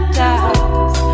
doubts